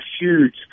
huge